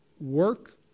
work